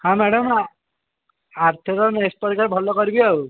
ହଁ ମ୍ୟାଡ଼ାମ ଆର ଥର ନେସ୍କଟ ପରୀକ୍ଷା କୁ ଭଲ କରିବି ଆଉ